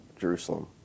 Jerusalem